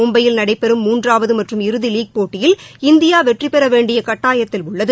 மும்பையில் நடைபெறும் மூன்றாவது மற்றம் இறுதி லீக் போட்டியில் இந்தியா வெற்றிபெற வேண்டிய கட்டாயத்தில் உள்ளது